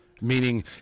Meaning